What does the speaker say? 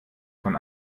von